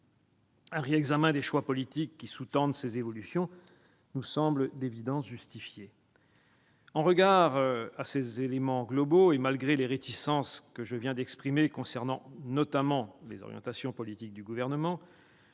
Un réexamen des choix politiques qui sous-tendent ces évolutions nous semble d'évidence justifié. Au regard de ces éléments globaux et malgré les réticences que je viens d'exprimer concernant notamment les orientations politiques du Gouvernement,